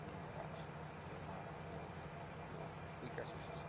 ni nidaxhi ihó má ihó kuikaxhexi.